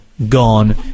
Gone